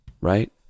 right